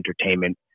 entertainment